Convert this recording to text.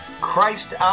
christ